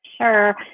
Sure